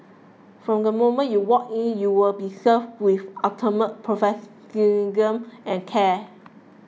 from the moment you walk in you will be served with ultimate and care